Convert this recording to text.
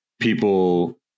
people